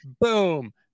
Boom